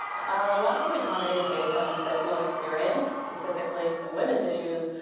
a lot of my comedy is based on personal experience, specifically some women's issues.